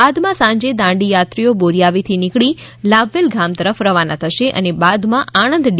બાદમાં સાંજ દાંડીયાત્રીઓ બોરીઆવીથી નીકળી લાભવેલ ગામ તરફ રવાના થશે અને બાદમાં આણંદ ડી